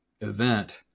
event